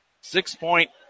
Six-point